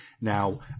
Now